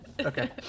Okay